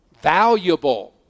valuable